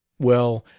well,